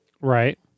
Right